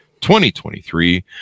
2023